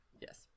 Yes